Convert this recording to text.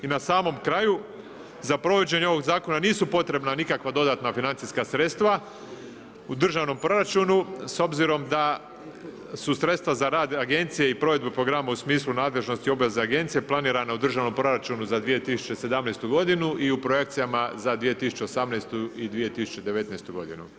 I na samom kraju, za provođenje ovog zakona nisu potrebna nikakva dodatna financijska sredstva u državnom proračunu s obzirom da su sredstva za rad agencije i provedbu programa u smislu nadležnosti obveza agencija planirana u državnom proračunu za 2017. godinu i u projekcijama za 2018. i 2019. godinu.